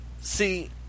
see